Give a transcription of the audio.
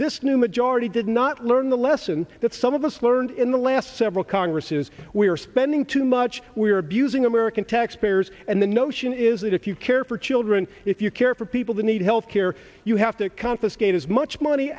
this new majority did not learn the lesson that some of us learned in the last several congresses we are spending too much we are abusing american taxpayers and the notion is that if you care for children if you care for people who need health care you have to confiscate as much money